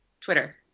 Twitter